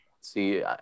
See